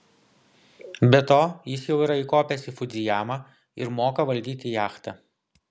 be to jis jau yra įkopęs į fudzijamą ir moka valdyti jachtą